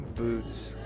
Boots